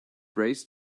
braced